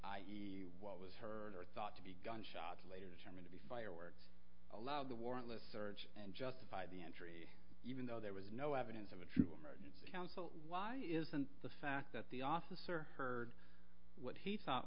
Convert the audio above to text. murder thought to be gunshot later determined to be fireworks allowed the warrantless search and justify the entry even though there was no evidence of a true emergency counsel why isn't the fact that the officer heard what he thought